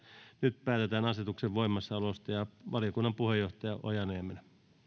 nyt päätetään asetuksen voimassaolosta valiokunnan puheenjohtaja ojala niemelä